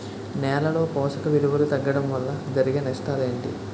నేలలో పోషక విలువలు తగ్గడం వల్ల జరిగే నష్టాలేంటి?